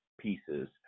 pieces